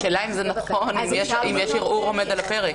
השאלה היא אם זה נכון כשיש ערעור עומד על הפרק.